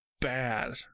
bad